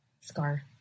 Scar